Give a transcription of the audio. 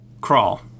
crawl